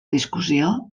discussió